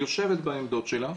יושבת בעמדות שלה,